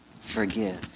Forgive